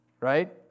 right